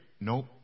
Nope